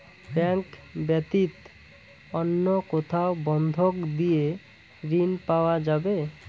Bank ব্যাতীত অন্য কোথায় বন্ধক দিয়ে ঋন পাওয়া যাবে?